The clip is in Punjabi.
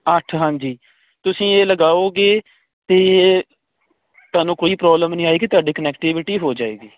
ਅੱਠ ਹਾਂਜੀ ਤੁਸੀਂ ਇਹ ਲਗਾਓਗੇ ਤੇ ਤੁਹਾਨੂੰ ਕੋਈ ਪ੍ਰੋਬਲਮ ਨਹੀਂ ਆਏਗੀ ਤੁਹਾਡੀ ਕਨੈਕਟਿਵਿਟੀ ਹੋ ਜਾਏਗੀ